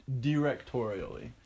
directorially